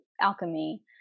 alchemy